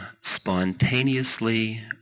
spontaneously